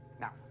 Now